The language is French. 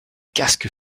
casques